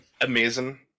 Amazing